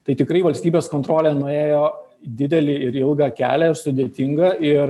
tai tikrai valstybės kontrolė nuėjo didelį ir ilgą kelią ir sudėtingą ir